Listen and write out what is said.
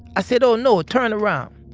i said, oh, no. ah turn around.